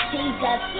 Jesus